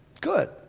good